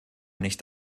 nicht